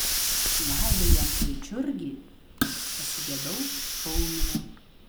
laidojant vaičiurgį pasigedau skaumino